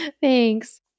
Thanks